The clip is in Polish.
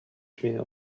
śmieje